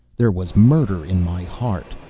there was murder in my heart.